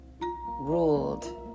ruled